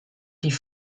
die